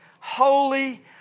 holy